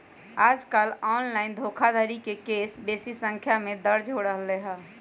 याजकाल ऑनलाइन धोखाधड़ी के केस बेशी संख्या में दर्ज हो रहल हइ